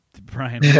Brian